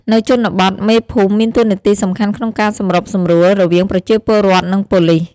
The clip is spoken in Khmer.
នៅជនបទ មេភូមិមានតួនាទីសំខាន់ក្នុងការសម្របសម្រួល រវាងប្រជាពលរដ្ឋ និងប៉ូលិស។